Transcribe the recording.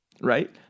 right